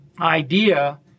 idea